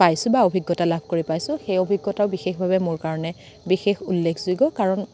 পাইছোঁ বা অভিজ্ঞতা লাভ কৰি পাইছোঁ সেই অভিজ্ঞতাও বিশেষভাৱে মোৰ কাৰণে বিশেষ উল্লেখযোগ্য কাৰণ